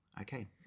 Okay